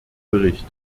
bericht